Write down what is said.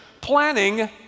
planning